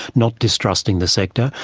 not distrusting the sector,